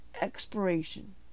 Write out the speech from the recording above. expiration